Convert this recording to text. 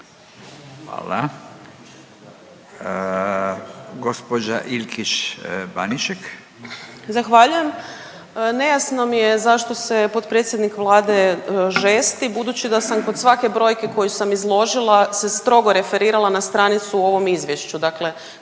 Kristina (SDP)** Zahvaljujem. Nejasno mi je zašto se potpredsjednik Vlade žesti budući da sam kod svake brojke koju sam izložila se strogo referirala na stranicu o ovom izvješću,